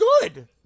good